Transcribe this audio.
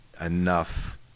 enough